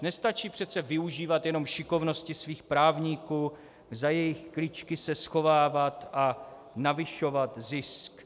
Nestačí přece využívat jenom šikovnosti svých právníků, za jejich kličky se schovávat a navyšovat zisk.